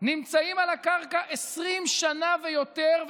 נמצאים על הקרקע 20 שנה ויותר.